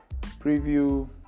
preview